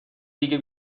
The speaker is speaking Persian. دیگه